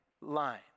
line